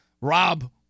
Rob